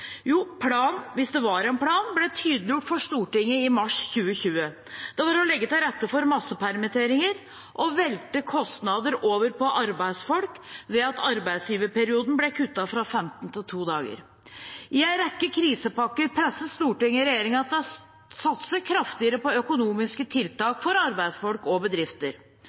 Planen, hvis det var en plan, ble tydeliggjort for Stortinget i mars 2020. Det var å legge til rette for massepermitteringer og velte kostnader over på arbeidsfolk ved at arbeidsgiverperioden ble kuttet fra 15 til 2 dager. I en rekke krisepakker presset Stortinget regjeringen til å satse kraftigere på økonomiske tiltak for arbeidsfolk og bedrifter.